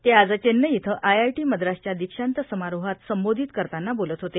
ते आज चेन्नई इथं आयआयटी मद्रासच्या दीक्षांत समारोहात संबोधित करताना बोलत होते